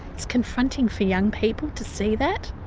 it's confronting for young people to see that.